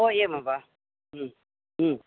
ओ एवं वा